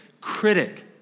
critic